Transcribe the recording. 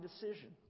decision